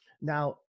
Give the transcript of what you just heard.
now